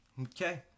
Okay